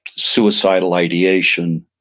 suicidal ideation.